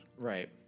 Right